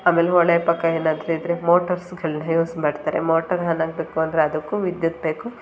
ಆಮೇಲೆ ಹೊಳೆ ಪಕ್ಕ ಏನಾದರೂ ಇದ್ದರೆ ಮೋಟರ್ಸ್ಗಳನ್ನ ಯೂಸ್ ಮಾಡ್ತಾರೆ ಮೋಟರ್ ಆನ್ ಆಗಬೇಕು ಅಂದರೆ ಅದಕ್ಕೂ ವಿದ್ಯುತ್ ಬೇಕು